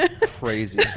crazy